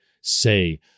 say